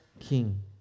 King